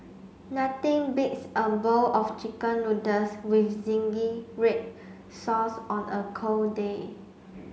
nothing beats a bowl of chicken noodles with zingy red sauce on a cold day